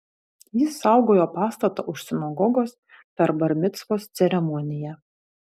jis saugojo pastatą už sinagogos per bar micvos ceremoniją